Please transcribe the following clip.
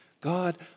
God